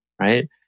Right